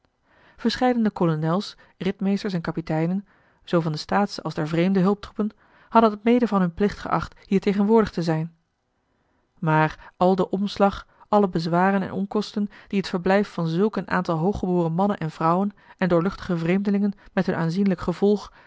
verscheidene kolonels ritmeesters en kapiteinen zoo van de staatsche als der vreemde hulptroepen hadden het mede van hun plicht geacht hier tegenwoordig te zijn maar al den omslag alle bezwaren en onkosten die het verblijf van zulk een aantal hooggeboren mannen en vrouwen en doorluchtige vreemdelingen met hun aanzienlijk gevolg